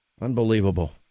Unbelievable